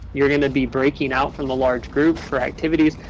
you're going to be breaking out from the large group for activities.